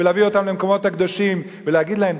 ולהביא אותם למקומות הקדושים ולהגיד להם: